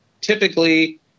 typically